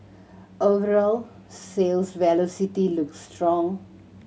overall sales velocity looks strong